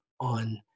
on